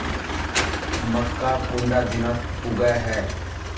मक्का कुंडा दिनोत उगैहे?